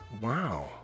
Wow